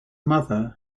mother